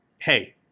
hey